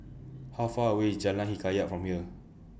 How Far away IS Jalan Hikayat from here